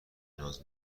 ناز